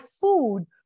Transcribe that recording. food